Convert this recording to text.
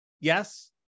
yes